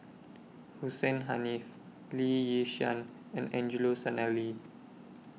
Hussein Haniff Lee Yi Shyan and Angelo Sanelli